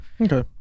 okay